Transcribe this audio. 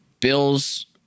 Bills